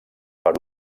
per